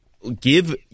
Give